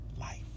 life